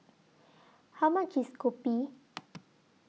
How much IS Kopi